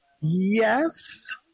Yes